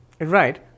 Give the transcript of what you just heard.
Right